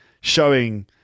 showing